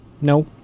No